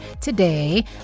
today